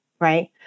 right